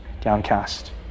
downcast